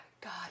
God